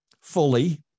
fully